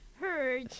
heard